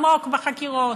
עמוק בחקירות.